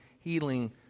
healing